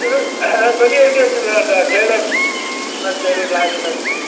இது அதுதான் பெரிய வண்டியாக வைச்சுருக்கேங்க ட்ரெய்லர் ஆ ட்ரெய்லர் லாரி எல்லாம் வைச்சுருக்கேங்க